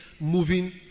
moving